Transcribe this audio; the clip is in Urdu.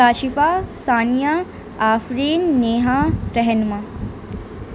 کاشفہ ثانیہ آفرین نیہا رہنما